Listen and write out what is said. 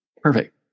perfect